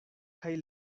kaj